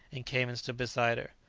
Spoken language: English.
and came and stood beside her.